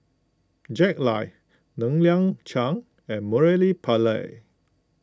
Jack Lai Ng Liang Chiang and Murali Pillai